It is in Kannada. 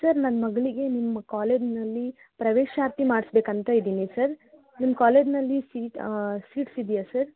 ಸರ್ ನನ್ನ ಮಗಳಿಗೆ ನಿಮ್ಮ ಕಾಲೇಜ್ನಲ್ಲಿ ಪ್ರವೇಶಾತಿ ಮಾಡಿಸ್ಬೇಕಂತ ಇದ್ದೀನಿ ಸರ್ ನಿಮ್ಮ ಕಾಲೇಜ್ನಲ್ಲಿ ಸೀಟ್ ಸೀಟ್ಸ್ ಇದೆಯ ಸರ್